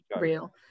real